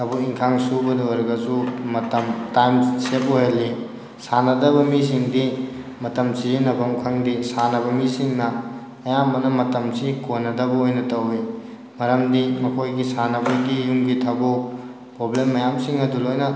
ꯊꯕꯛ ꯏꯪꯈꯥꯡ ꯁꯨꯕꯗ ꯑꯣꯏꯔꯒꯁꯨ ꯃꯇꯝ ꯇꯥꯏꯝ ꯁꯦꯞ ꯑꯣꯏꯍꯜꯂꯤ ꯁꯥꯟꯅꯗꯕ ꯃꯤꯁꯤꯡꯗꯤ ꯃꯇꯝ ꯁꯤꯖꯤꯟꯅꯐꯝ ꯈꯪꯗꯦ ꯁꯥꯟꯅꯕ ꯃꯤꯁꯤꯡꯅ ꯑꯌꯥꯝꯕꯅ ꯃꯇꯝꯁꯤ ꯀꯣꯟꯅꯗꯕ ꯑꯣꯏꯅ ꯇꯧꯋꯤ ꯃꯔꯝꯗꯤ ꯃꯈꯣꯏꯒꯤ ꯁꯥꯟꯅꯕꯒꯤ ꯌꯨꯝꯒꯤ ꯊꯕꯛ ꯄ꯭ꯔꯣꯕ꯭ꯂꯦꯝ ꯃꯌꯥꯝꯁꯤꯡ ꯑꯗꯨ ꯂꯣꯏꯅ